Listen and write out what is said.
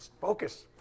Focus